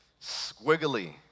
squiggly